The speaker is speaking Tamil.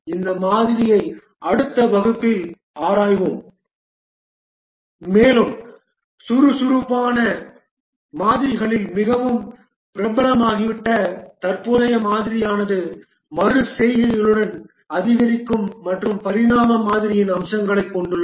இந்த மாதிரியை அடுத்த வகுப்பில் ஆராய்வோம் மேலும் சுறுசுறுப்பான மாதிரிகளில் மிகவும் பிரபலமாகிவிட்ட தற்போதைய மாதிரியானது மறு செய்கைகளுடன் அதிகரிக்கும் மற்றும் பரிணாம மாதிரியின் அம்சங்களைக் கொண்டுள்ளது